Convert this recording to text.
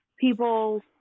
people